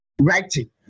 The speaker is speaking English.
writing